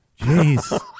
Jeez